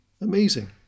Amazing